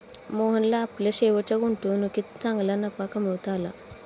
मोहनला आपल्या शेवटच्या गुंतवणुकीत चांगला नफा कमावता आला